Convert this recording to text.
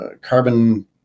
carbon